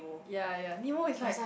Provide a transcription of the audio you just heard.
ya ya Nemo is like